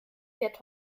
fährt